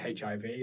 HIV